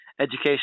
education